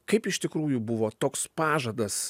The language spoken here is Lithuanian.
kaip iš tikrųjų buvo toks pažadas